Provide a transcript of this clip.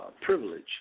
privilege